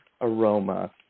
aroma –